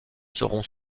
seront